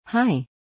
Hi